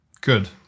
good